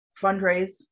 fundraise